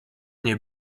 nie